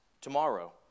tomorrow